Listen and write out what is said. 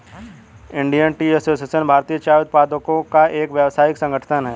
Indian tea association भारतीय चाय उत्पादकों का एक व्यावसायिक संगठन है